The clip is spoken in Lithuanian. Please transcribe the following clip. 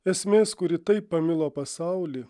esmės kuri taip pamilo pasaulį